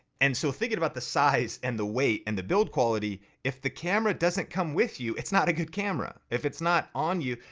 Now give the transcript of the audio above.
and so thinking about the size and the weight and the build quality, if the camera doesn't come with you, it's not a good camera, if it's not on you,